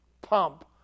pump